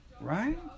right